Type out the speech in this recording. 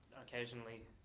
occasionally